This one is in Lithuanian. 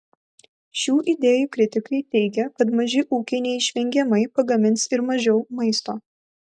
šių idėjų kritikai teigia kad maži ūkiai neišvengiamai pagamins ir mažiau maisto